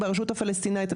ברשות הפלסטינאית.